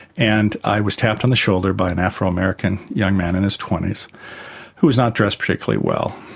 and i was tapped on the shoulder by an afro american young man in his twenty s who was not dressed particularly well,